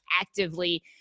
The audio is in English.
actively